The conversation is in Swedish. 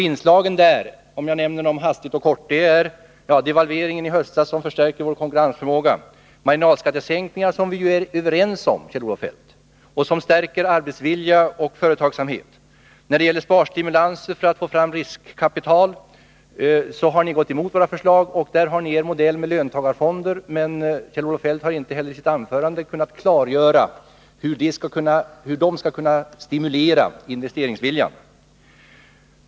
Inslagen där, om jag nämner dem hastigt och kortfattat, är devalveringen i höstas, som förstärkte vår konkurrensförmåga, samt marginalskattesänkningar — vilka vi ju är överens om, Kjell-Olof Feldt! — som stärker arbetsvilja och företagsamhet. När det gäller frågan om sparstimulanser för att få fram riskkapital har ni gått emot våra förslag. Där har ni er modell med löntagarfonder, men Kjell-Olof Feldt har inte heller nu i sitt anförande kunnat klargöra hur de skall kunna stimulera investeringsviljan.